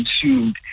consumed